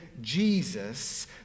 Jesus